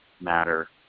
matter